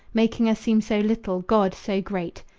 making us seem so little, god so great.